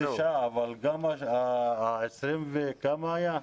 69%. אבל גם ה-20% וכמה היה?